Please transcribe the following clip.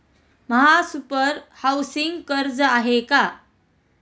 महासुपर हाउसिंग कर्ज आहे का?